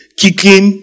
kicking